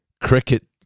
Cricket